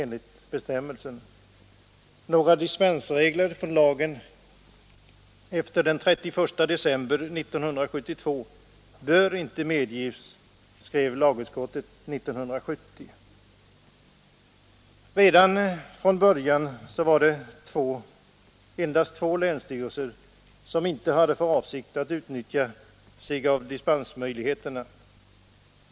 Några regler om dispens från lagen efter den 31 december 1972 bör inte medges, skrev tredje lagutskottet 1970 Redan från början var det endast två länsstyrelser som inte hade för avsikt att utnyttja dispensmöjligheterna.